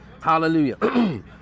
Hallelujah